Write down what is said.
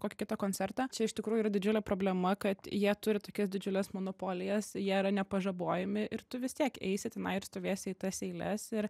kokį kitą koncertą čia iš tikrųjų yra didžiulė problema kad jie turi tokias didžiules monopolijas jie yra nepažabojami ir tu vis tiek eisi tenai ir stovėsi į tas eiles ir